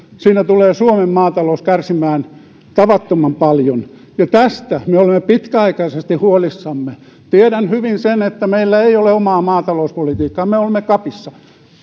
siinä tulee suomen maatalous kärsimään tavattoman paljon ja tästä me olemme pitkäaikaisesti huolissamme tiedän hyvin sen että meillä ei ole omaa maatalouspolitiikkaa me olemme capissa